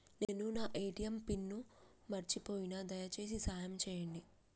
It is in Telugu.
నేను నా ఏ.టీ.ఎం పిన్ను మర్చిపోయిన, దయచేసి సాయం చేయండి